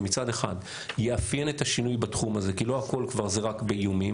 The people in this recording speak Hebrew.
שמצד אחד יאפיין את השינוי בתחום הזה כי לא הכול זה רק באיומים.